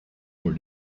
for